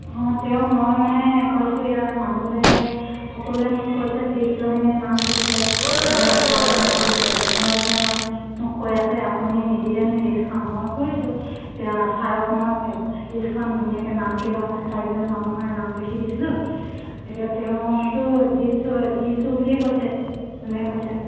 অঁ তেওঁক মই মানে কৈছোঁ ইয়াৰ মানুহবিলাকে সকলোৱে মোক কৈছে যিকেইজনে নাম দিছিলে মানে পোৱা নাই পানীটো তেওঁলোকে মানে মোক কৈ আছে আপুনি নিদিলে নি লিষ্টখন মই কৈছোঁ ছাৰক মই লিষ্টখন ধুনীয়াকৈ নাম কেইজন আটাইকেইজন মানুহৰে নাম লিখি দিছিলোঁ এতিয়া তেওঁতো দিছোঁ দিছোঁ বুলিয়ে কৈছে এনেকৈ কৈছে